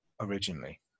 originally